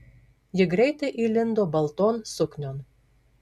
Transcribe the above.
ji greitai įlindo balton suknion